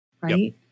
Right